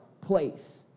place